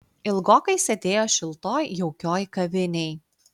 ilgokai sėdėjo šiltoj jaukioj kavinėj